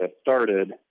started